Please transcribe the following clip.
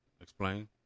explain